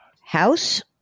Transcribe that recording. House